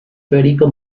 federico